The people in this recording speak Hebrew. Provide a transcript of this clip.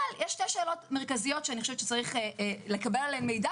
אבל יש שתי שאלות מרכזיות שצריך לקבל עליהן מידע